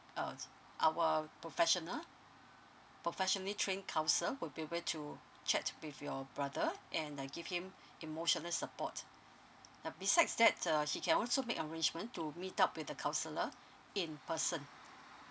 uh our professional professionally trained council would be able to chat with your brother and ah give him emotional support uh besides that uh he can also make arrangement to meet up with the counsellor in person